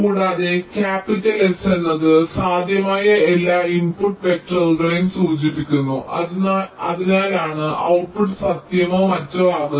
കൂടാതെ capital S എന്നത് സാധ്യമായ എല്ലാ ഇൻപുട്ട് വെക്റ്ററുകളെയും സൂചിപ്പിക്കുന്നു അതിനാലാണ് ഔട്ട്പുട്ട് സത്യമോ മറ്റോ ആകുന്നത്